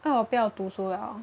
因为我不用读书了